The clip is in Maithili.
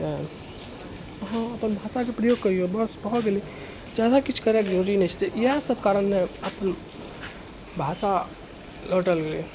तऽ अहाँ अपन भाषाके प्रयोग करियौ बस भऽ गेलै जादा किछु करैके जरुरी नहि छै तऽ इएह सब कारण ने अपन भाषा लौटल गेलै